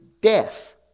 death